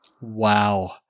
Wow